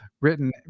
written